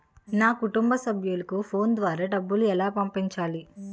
నా కుటుంబ సభ్యులకు ఫోన్ ద్వారా డబ్బులు ఎలా పంపించాలి?